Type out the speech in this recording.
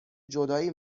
جدایی